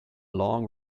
long